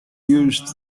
used